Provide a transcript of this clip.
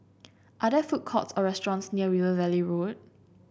are there food courts or restaurants near River Valley Road